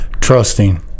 trusting